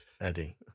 Eddie